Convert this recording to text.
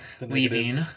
leaving